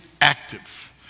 Active